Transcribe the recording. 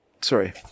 Sorry